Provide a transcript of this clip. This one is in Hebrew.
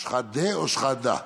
שחאדֶה שחאדָה?